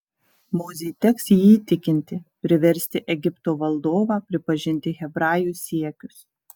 mozei teks jį įtikinti priversti egipto valdovą pripažinti hebrajų siekius